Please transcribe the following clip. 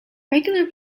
regular